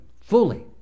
fully